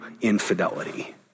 infidelity